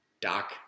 Doc